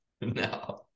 no